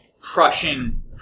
crushing